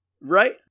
right